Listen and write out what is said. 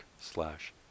slash